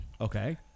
Okay